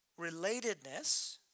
Relatedness